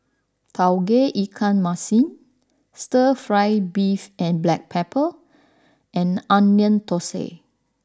Tauge Ikan Masin Stir Fry Beef and Black Pepper and Onion Thosai